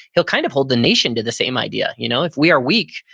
he'll kind of hold the nation to the same idea. you know if we are weak,